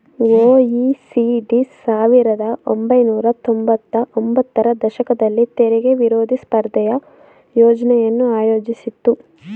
OECD ಸಾವಿರದ ಒಂಬೈನೂರ ತೊಂಬತ್ತ ಒಂಬತ್ತರ ದಶಕದಲ್ಲಿ ತೆರಿಗೆ ವಿರೋಧಿ ಸ್ಪರ್ಧೆಯ ಯೋಜ್ನೆಯನ್ನು ಆಯೋಜಿಸಿತ್ತು